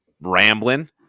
rambling